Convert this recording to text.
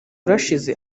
urashize